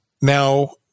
Now